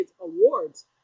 awards